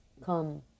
come